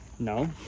No